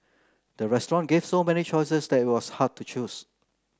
the restaurant gave so many choices that it was hard to choose